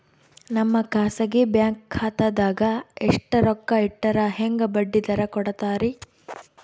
ನಮ್ಮ ಖಾಸಗಿ ಬ್ಯಾಂಕ್ ಖಾತಾದಾಗ ಎಷ್ಟ ರೊಕ್ಕ ಇಟ್ಟರ ಹೆಂಗ ಬಡ್ಡಿ ದರ ಕೂಡತಾರಿ?